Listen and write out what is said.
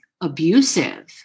abusive